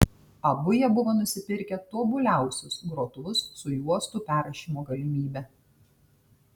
abu jie buvo nusipirkę tobuliausius grotuvus su juostų perrašymo galimybe